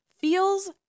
feels